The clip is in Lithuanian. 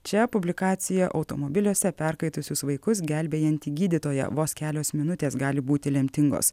čia publikacija automobiliuose perkaitusius vaikus gelbėjanti gydytoja vos kelios minutės gali būti lemtingos